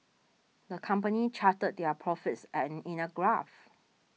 the company charted their profits an in a graph